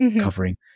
covering